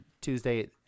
Tuesday